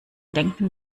denken